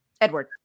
Edward